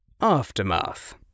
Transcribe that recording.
Aftermath